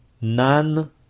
None